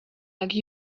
like